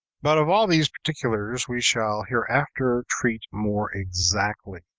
but of all these particulars we shall hereafter treat more exactly.